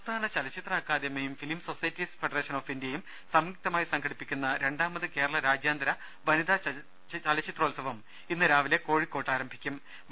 സംസ്ഥാന ചലച്ചിത്ര അക്കാദമിയും ഫിലിം സൊസൈറ്റീസ് ഫെഡറേഷൻ ഓഫ് ഇന്ത്യയും സംയുക്തമായി സംഘടിപ്പിക്കുന്ന രണ്ടാമത് കേരള രാജ്യാന്തര വനിതാ ചലച്ചിത്രോത്സവം ഇന്ന് രാവിലെ കോഴിക്കോട് ടാഗോർസെന്റിനറിഹാളിൽ ആരംഭിക്കും